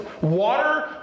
water